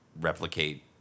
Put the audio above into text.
replicate